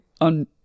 on